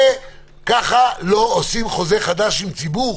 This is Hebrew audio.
ככה לא עושים חוזה חדש עם ציבור.